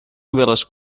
novel·les